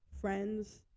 friends